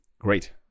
great